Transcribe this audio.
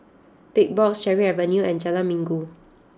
Big Box Cherry Avenue and Jalan Minggu